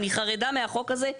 אני חרדה מהחוק הזה.